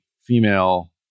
female